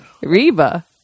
Reba